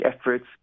efforts